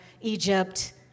Egypt